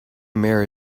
mirror